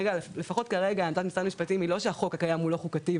לפחות כרגע עמדת משרד המשפטים היא לא שהחוק הקיים הוא לא חוקתי,